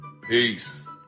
peace